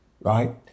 right